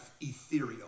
ethereal